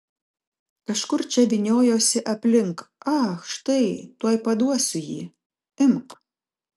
kažkur čia vyniojosi aplink ach štai tuoj paduosiu jį imk